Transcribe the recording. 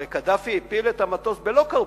הרי קדאפי הפיל את המטוס בלוקרבי,